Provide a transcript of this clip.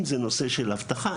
אם זה נושא של אבטחה,